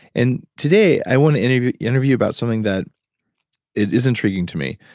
and today i want to interview interview about something that is intriguing to me.